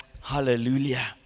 Hallelujah